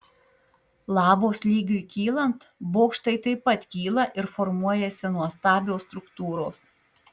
lavos lygiui kylant bokštai taip pat kyla ir formuojasi nuostabios struktūros